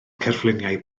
cerfluniau